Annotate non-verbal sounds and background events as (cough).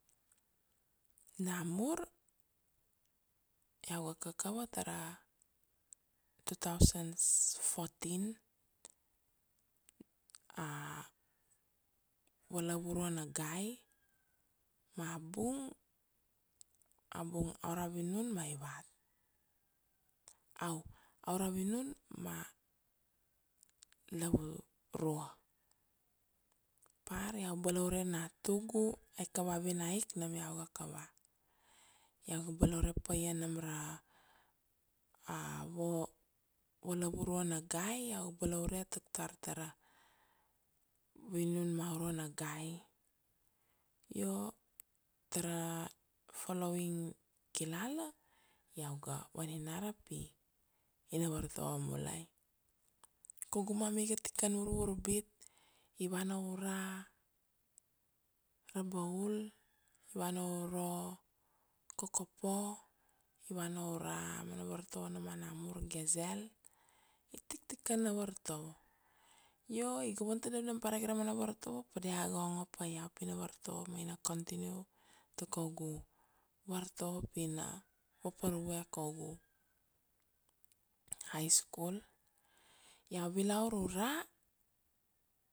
Namur iau ga kakava tara two thousand fourteen, a valavurua na gai ma bung, abung aura vinun ma ivat, au aura vinun ma lavu-rua. Par iau balaure natugu, aika vavina ik nam iau ga kava, iau ga balaure pa ia nam ra (hesitation) valavurua na gai, iau balaure tuk tar tara vinun ma aurua na gai. Io, tara following kilala, iau ga vaninara pi ina vartovo mulai. Kaugu mummy iga tikan vurvurbit, i vana ura Rabaul, i vana uro Kokopo, i vana ura mana vartovo na ma namur Gazelle, i tiktikan na vartovo. Io iga van tadav nam parika ra mana vartovo pa dia ga ongo pa iau pi na vartovo ma ina continue ta kaugu vartovo pi na vapar vue kaugu high school, iau vilaur ura